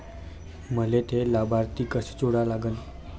मले थे लाभार्थी कसे जोडा लागन?